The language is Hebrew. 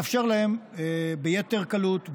הוא יאפשר להם ביתר קלות,